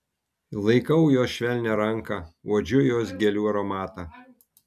laikau jos švelnią ranką uodžiu jos gėlių aromatą